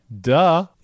duh